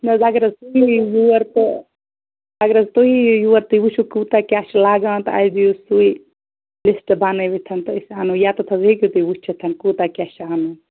نہَ حظ اگر حظ تُہۍ یِیِو یور تہٕ اگر حظ تُہی یِیِو یور تُہۍ وُچھِو کوٗتاہ کیٛاہ چھِ لَگان تہٕ اَسہِ دِیِو سُے لِسٹہٕ بنٲوِتھ تہٕ أسۍ اَنَو ییٚتٮ۪تھ حظ ہٮ۪کِو تُہۍ وُچھِتھ کوٗتاہ کیٛاہ چھُ اَنُن